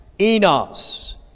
Enos